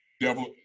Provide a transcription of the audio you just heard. Devil